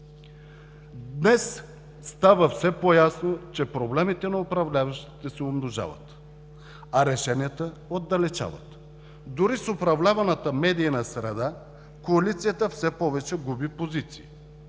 Днес става все по-ясно, че проблемите на управляващите се умножават, а решенията се отдалечават. Дори с управляваната медийна среда коалицията все повече губи позиции.